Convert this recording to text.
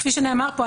כפי שנאמר פה,